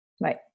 Right